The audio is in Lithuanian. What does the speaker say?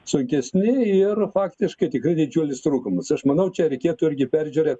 sunkesni ir faktiškai tikrai didžiulis trūkumas aš manau čia reikėtų irgi peržiūrėt